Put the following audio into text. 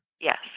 Yes